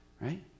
right